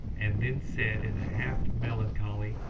and then said in a half melancholy,